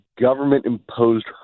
government-imposed